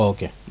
Okay